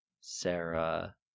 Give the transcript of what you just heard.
Sarah